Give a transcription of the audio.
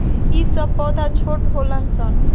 ई सब पौधा छोट होलन सन